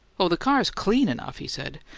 oh, the car's clean enough, he said.